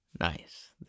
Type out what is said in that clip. nice